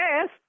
Yes